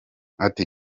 ati